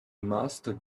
master